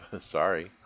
Sorry